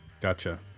Gotcha